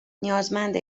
نیازمند